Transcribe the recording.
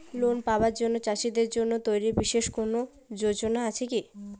Loan পাবার জন্য চাষীদের জন্য তৈরি বিশেষ কোনো যোজনা আছে কি?